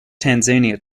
tanzania